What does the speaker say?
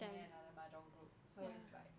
and then another mahjong group so it's like